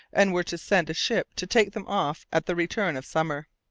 and were to send a ship to take them off at the return of summer.